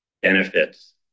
benefits